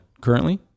currently